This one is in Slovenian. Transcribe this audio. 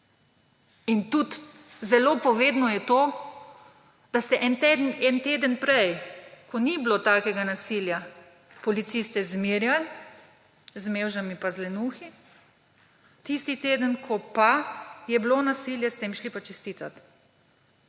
In tudi zelo povedno je to, da ste en teden prej, ko ni bilo takega nasilja, policiste zmerjali z mevžami pa z lenuhi, tisti teden, ko pa je bilo nasilje, ste jim šli pa čestitat.